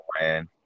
man